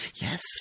Yes